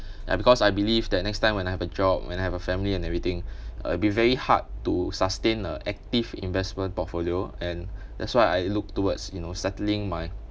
and because I believe that next time when I have a job when I have a family and everything I'll be very hard to sustain a active investment portfolio and that's why I looked towards you know settling my